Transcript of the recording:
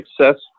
success